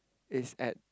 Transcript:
is at